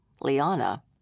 Liana